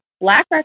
BlackRock